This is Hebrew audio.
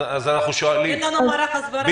אין לנו מערך הסברה.